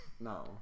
No